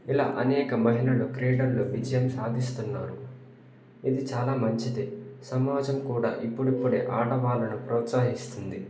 ఇలా అనేక మహిళలు క్రీడల్లో విజయం సాధిస్తున్నారు ఇది చాలా మంచిదే సమాజం కూడా ఇప్పుడిప్పుడు ఆడవాళ్ళను ప్రోత్సహిస్తుంది